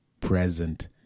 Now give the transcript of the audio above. present